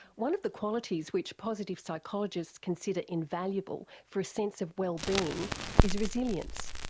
one of the qualities which positive psychologists consider invaluable for a sense of wellbeing is resilience.